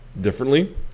Differently